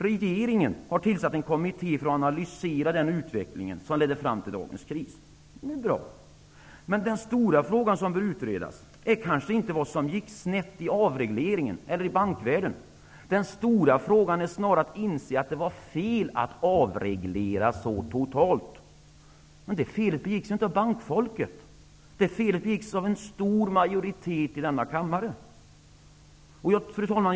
Regeringen har tillsatt en kommitté för att analysera den utveckling som ledde fram till dagens kris, och det är ju bra. Men den stora fråga som bör utredas är kanske inte vad som gick snett i avregleringen eller i bankvärlden -- det är snarare fråga om att inse att det var fel att avreglera så totalt. Men det felet begicks inte av bankfolket. Det begick av en stor majoritet i denna kammare. Fru talman!